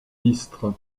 istres